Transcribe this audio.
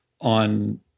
on